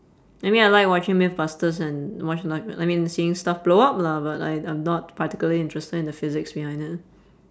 I mean I like watching mythbusters and watch like I mean seeing stuff blow up lah but I I'm not particularly interested in the physics behind it